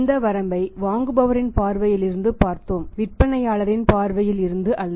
இந்த வரம்பை வாங்குபவரின் பார்வையில் இருந்து பார்த்தோம் விற்பனையாளரின் பார்வையில் இருந்து அல்ல